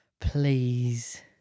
Please